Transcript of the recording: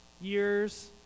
years